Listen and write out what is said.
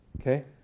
Okay